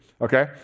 Okay